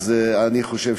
אני חושב